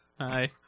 Hi